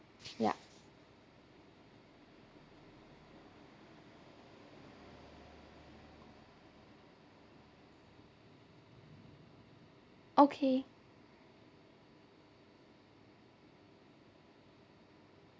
yup okay